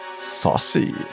Saucy